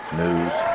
news